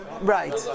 Right